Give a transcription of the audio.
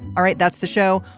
all right that's the show.